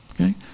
okay